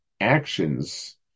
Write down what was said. actions